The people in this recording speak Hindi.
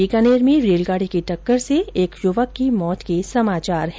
बीकानेर में रेलगाडी की टक्कर से एक युवक की मौत के समाचार है